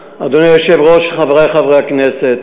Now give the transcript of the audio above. היושב-ראש, חברי חברי הכנסת,